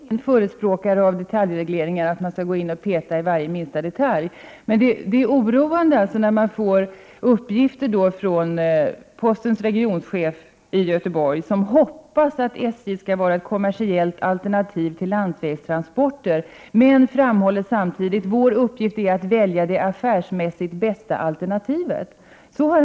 Herr talman! Jag är ingen förespråkare för detaljregleringar, dvs. att man skall gå in och peta i minsta detalj. Men de uppgifter som jag har fått från postens regionchef i Göteborg är oroande. Han hoppas att järnvägstransporterna skall vara ett kommersiellt alternativ till landsvägstransporterna. Men han framhåller samtidigt att postens uppgift är att välja det affärsmässigt bästa alternativet.